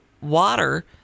water